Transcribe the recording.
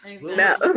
No